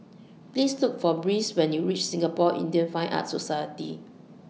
Please Look For Bryce when YOU REACH Singapore Indian Fine Arts Society